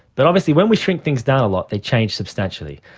but obviously when we shrink things down a lot they change substantially.